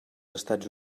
estats